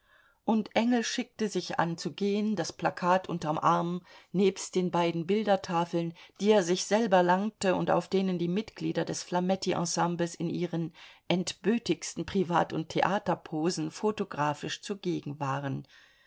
und engel schickte sich an zu gehen das plakat unterm arm nebst den beiden bildertafeln die er sich selber langte und auf denen die mitglieder des flametti ensembles in ihren entbötigsten privat und theaterposen photographisch zugegen waren